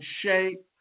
shape